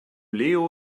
leo